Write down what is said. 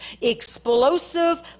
explosive